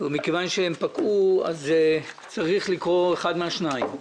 מכיוון שהם פקעו, צריך לקרות אחד מהשניים: